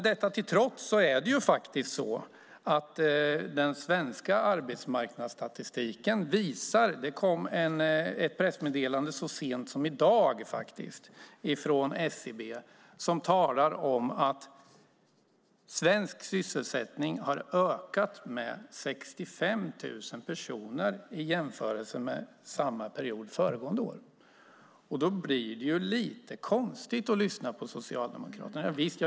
Detta till trots visar den svenska arbetsmarknadsstatistiken - det kom ett pressmeddelande från SCB så sent som i dag - att svensk sysselsättning har ökat med 65 000 personer i jämförelse med samma period föregående år. Då blir det lite konstigt när man lyssnar på Socialdemokraterna.